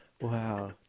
Wow